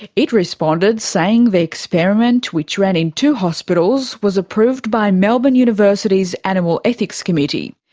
it responded saying the experiment, which ran in two hospitals, was approved by melbourne university's animal ethics committee.